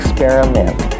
experiment